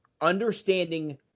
understanding